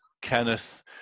Kenneth